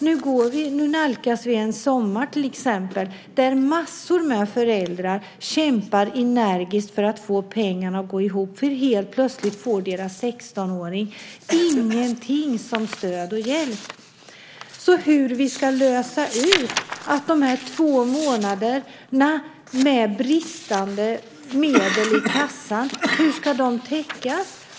Vi nalkas nu en sommar då massor av föräldrar kämpar energiskt för att få pengarna att räcka eftersom deras 16-åring plötsligt inte får någonting som stöd och hjälp. Hur ska vi lösa de två månaderna med bristande medel i kassan? Hur ska de täckas?